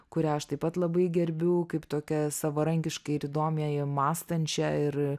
kurią aš taip pat labai gerbiu kaip tokią savarankiškai ir įdomiai mąstančią ir